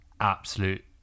absolute